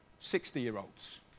60-year-olds